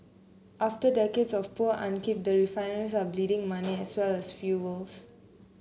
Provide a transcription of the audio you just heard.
after decades of poor upkeep the refineries are bleeding money as well as fuel